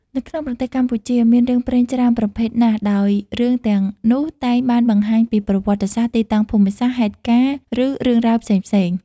នៅក្នុងប្រទេសកម្ពុជា មានរឿងព្រេងច្រើនប្រភេទណាស់ ដោយរឿងទាំងនោះតែងបានបង្ហាញពី ប្រវត្តិសាស្រ្ដ ទីតាំងភូមិសាស្រ្ដ ហេតុការណ៍ ឬរឿងរ៉ាវផ្សេងៗ។